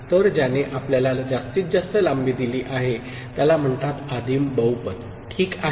तर ज्याने आपल्याला जास्तीत जास्त लांबी दिली आहे त्याला म्हणतात आदिम बहुपद ठीक आहे